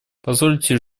позвольте